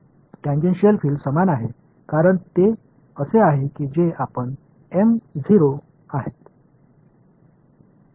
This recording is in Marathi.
टॅन्जेन्शियल फील्ड समान आहेत कारण ते असे आहेत की जे आणि एम 0 आहेत